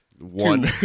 one